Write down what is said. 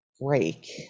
break